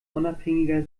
unabhängiger